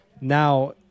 now